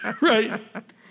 Right